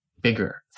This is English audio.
bigger